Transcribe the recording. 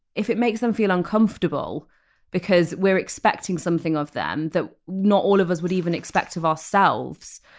if it makes them feel uncomfortable because we're expecting something of them that not all of us would even expect of ourselves.